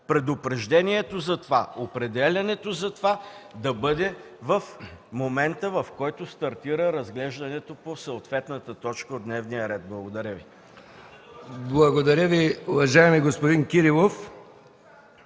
предупреждението и определянето за това да бъде в момента, в който стартира разглеждането по съответната точка от дневния ред. Благодаря Ви. ПРЕДСЕДАТЕЛ МИХАИЛ МИКОВ: Благодаря Ви, уважаеми господин Кирилов.